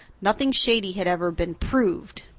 nothing shady had ever been proved.